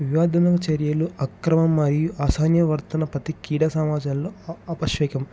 వివాదక చర్యలు అక్రమ మరియు ఆశాన్యవర్తన పతి క్రీడా సమాజంలో అపస్వేకం